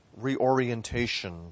reorientation